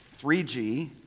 3G